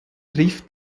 trifft